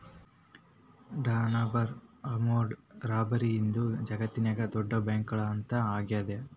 Dunbar armoured robbery ಇದು ಜಗತ್ನ್ಯಾಗ ದೊಡ್ಡ ಬ್ಯಾಂಕ್ಕಳ್ಳತನಾ ಆಗೇದ